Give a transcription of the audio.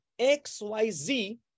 XYZ